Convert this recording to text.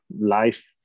life